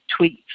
tweets